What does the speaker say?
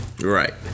Right